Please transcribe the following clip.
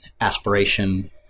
aspiration